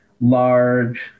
large